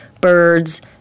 birds